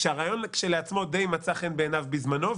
כשהרעיון כשלעצמו די מצא חן בעיניו בזמנו,